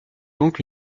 donc